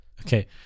Okay